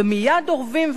ומייד אורבים,